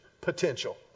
potential